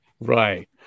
Right